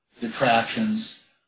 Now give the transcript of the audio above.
detractions